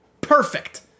Perfect